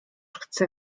chcę